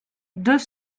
deux